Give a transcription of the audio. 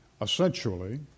essentially